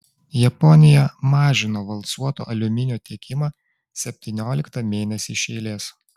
japonija mažino valcuoto aliuminio tiekimą septynioliktą mėnesį iš eilės